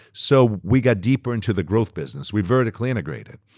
so we got deeper into the growth business. we vertically integrated.